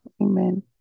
Amen